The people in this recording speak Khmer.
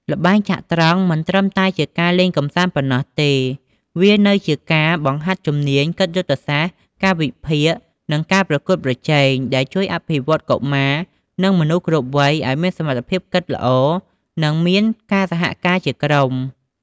ល្បែងចត្រង្គមិនត្រឹមតែជាការលេងកំសាន្តប៉ុណ្ណោះទេ វានៅជាការបង្ហាត់ជំនាញគិតយុទ្ធសាស្ត្រ ការវិភាគ និងការប្រកួតប្រជែង ដែលជួយអភិវឌ្ឍកុមារ និងមនុស្សគ្រប់វ័យឲ្យមានសមត្ថភាពគិតល្អ និងមានការសហការជាក្រុម។